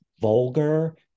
vulgar